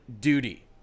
duty